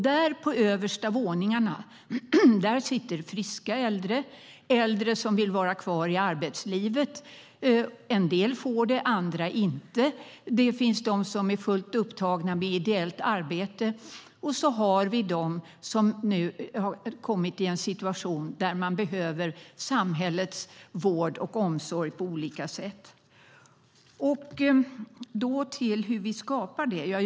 Där på översta våningarna sitter friska äldre, äldre som vill vara kvar i arbetslivet - en del får det, medan andra inte får det. Där finns de som är fullt upptagna med ideellt arbete. Och så har vi dem som nu har kommit i en situation där man behöver samhällets vård och omsorg på olika sätt. Hur skapar vi det?